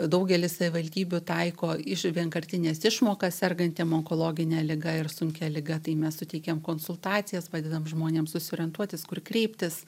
daugelis savivaldybių taiko iš vienkartines išmokas sergantiem onkologine liga ir sunkia liga tai mes suteikiam konsultacijas padedam žmonėm susiorientuotis kur kreiptis